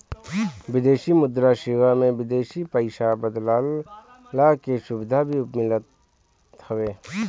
विदेशी मुद्रा सेवा में विदेशी पईसा बदलला के सुविधा भी मिलत हवे